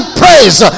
praise